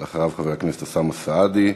אחריו, חבר הכנסת אוסאמה סעדי,